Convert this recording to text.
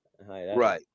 Right